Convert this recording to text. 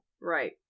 Right